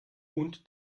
und